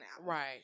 right